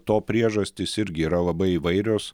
to priežastys irgi yra labai įvairios